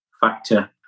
factor